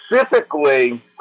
specifically